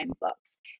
books